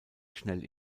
schnell